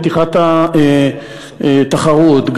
פתיחת התחרות,